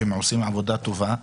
שהם עושים עבודה טובה.